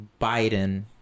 Biden